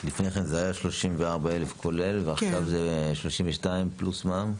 לפני כן זה היה 34,000 ועכשיו זה 32 פלוס מע"מ?